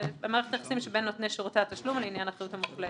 יחסים שבין נותני שירותי התשלום לעניין אחריות המוחלטת.